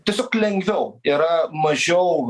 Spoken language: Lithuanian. tiesiog lengviau yra mažiau